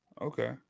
okay